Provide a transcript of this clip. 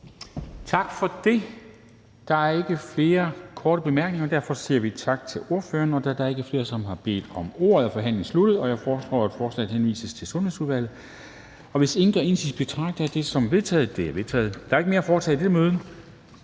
Tak for det. Der er ikke flere korte bemærkninger, og derfor siger vi tak til ordføreren. Da der ikke er flere, som har bedt om ordet, er forhandlingen sluttet. Jeg foreslår, at forslaget henvises til Sundhedsudvalget. Hvis ingen gør indsigelse, betragter jeg det som vedtaget. Det er vedtaget. --- Det sidste punkt på dagsordenen